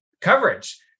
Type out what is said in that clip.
coverage